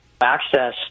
access